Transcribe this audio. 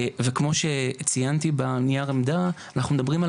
וכמו שציינתי בנייר עמדה אנחנו מדברים על